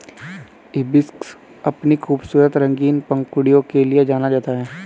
hibiscus अपनी खूबसूरत रंगीन पंखुड़ियों के लिए जाना जाता है